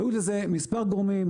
וגרמו לזה מספר גורמים,